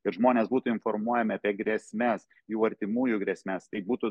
ir žmonės būtų informuojami apie grėsmes jų artimųjų grėsmes tai būtų